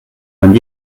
man